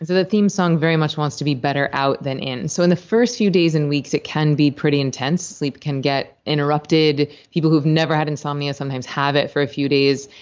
the theme song very much wants to be better out than in. so in the first few days and weeks, it can be pretty intense. sleep can get interrupted. people who've never had insomnia sometimes have it for a few days.